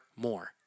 more